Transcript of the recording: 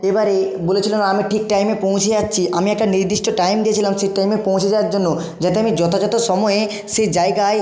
এবারে বলেছিলেন আমি ঠিক টাইমে পৌঁছে যাচ্ছি আমি একটা নির্দিষ্ট টাইম দিয়েছিলাম সেই টাইমে পৌঁছে যাওয়ার জন্য যাতে আমি যথাযথ সময়ে সে জায়গায়